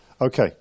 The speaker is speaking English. Okay